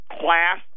class